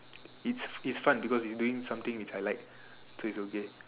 it's is fun because it's doing something which I like so it's okay